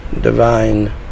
divine